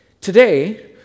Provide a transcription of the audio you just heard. Today